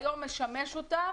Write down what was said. היום משמש אותם